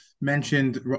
mentioned